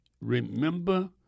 remember